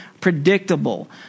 predictable